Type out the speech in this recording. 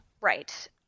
Right